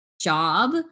job